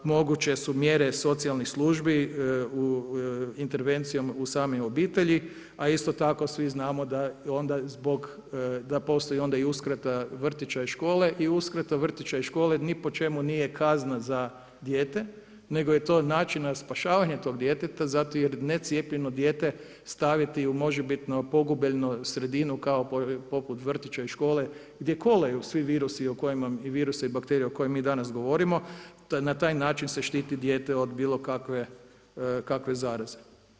Moguće su mjere socijalni službi intervencijom u same obitelji, a isto tako svi znamo da postoji onda i uskrata vrtića i škole, i uskrata vrtića i škole ni po čemu nije kazna za dijete nego je to način spašavanja tog djeteta zato jer necijepljeno dijete staviti u možebitno pogubeljnu sredinu, poput vrtića i škole gdje kolaju svi virusi i bakterije o kojima mi danas govorimo, na taj način se štiti dijete od bilo kakve zaraze.